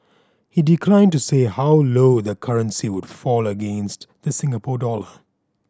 he declined to say how low the currency would fall against the Singapore dollar